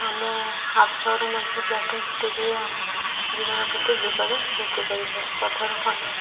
ଆମ ହାତରେ ମଧ୍ୟ ବ୍ଲାଷ୍ଟିଂ କଟିଯାଇ ଆମ ଜୀବନ ପ୍ରତି ବିପଦ ସୃଷ୍ଟି କରିଥାଏ ପଥର ଖଣ୍ଡ